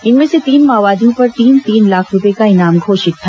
इनमें से तीन माओवादियों पर तीन तीन लाख रूपये का इनाम घोषित था